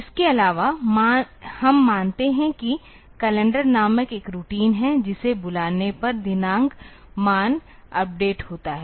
इसके अलावा हम मानते हैं कि कैलेंडर नामक एक रूटीन है जिसे बुलाने पर दिनांक मान अपडेट होता है